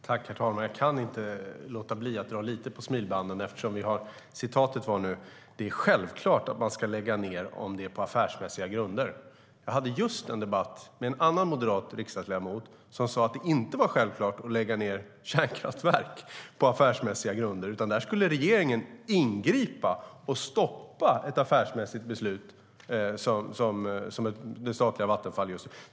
Herr talman! Jag kan inte låta bli att dra lite på smilbanden åt yttrandet att det är självklart att man ska lägga ned om det sker på affärsmässiga grunder. Jag hade just en debatt med en annan moderat riksdagsledamot, som sa att det inte var självklart att lägga ned kärnkraftverk på affärsmässiga grunder, utan där skulle regeringen ingripa och stoppa ett affärsmässigt beslut likt det som rör statliga Vattenfall.